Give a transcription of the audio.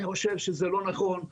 אני חושב שזה לא נכון,